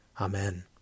Amen